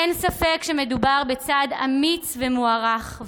אין ספק שמדובר בצעד אמיץ ומוערך,